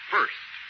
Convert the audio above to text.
First